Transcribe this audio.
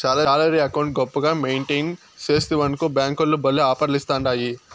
salary account గొప్పగా maintain సేస్తివనుకో బ్యేంకోల్లు భల్లే ఆపర్లిస్తాండాయి